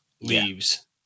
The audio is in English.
leaves